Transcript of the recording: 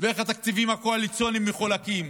ואיך התקציבים הקואליציוניים מחולקים.